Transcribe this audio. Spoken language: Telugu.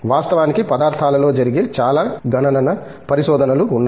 వాస్తవానికి పదార్థాలలో జరిగే చాలా గణన పరిశోధనలు ఉన్నాయి